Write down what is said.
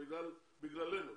בגללנו,